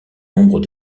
nombre